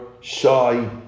shy